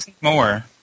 more